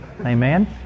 Amen